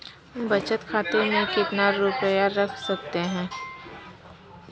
बचत खाते में कितना रुपया रख सकते हैं?